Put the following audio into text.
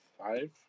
five